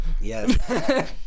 Yes